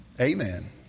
Amen